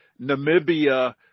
Namibia